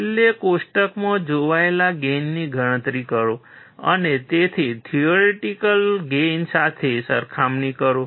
છેલ્લે કોષ્ટકમાં જોવાયેલા ગેઇનની ગણતરી કરો અને તેની થિયોરિટિકલ ગેઇન સાથે સરખામણી કરો